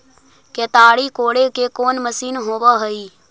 केताड़ी कोड़े के कोन मशीन होब हइ?